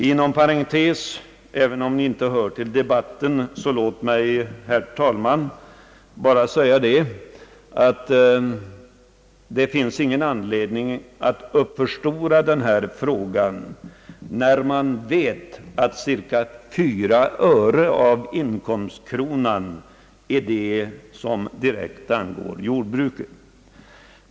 Låt mig, herr talman, bara inom parentes säga även om det inte hör till debatten — att det inte finns någon anledning att uppförstora denna fråga, när vi vet att cirka 4 öre av inkomstkronan direkt angår jordbruket.